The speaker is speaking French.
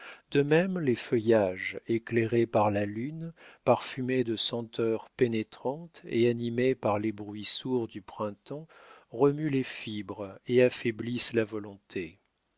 de même les feuillages éclairés par la lune parfumés de senteurs pénétrantes et animés par les bruits sourds du printemps remuent les fibres et affaiblissent la volonté